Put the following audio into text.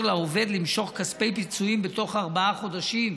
לעובד למשוך כספי פיצויים בתוך ארבעה חודשים,